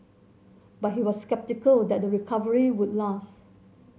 but he was sceptical that the recovery would last